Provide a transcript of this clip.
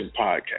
Podcast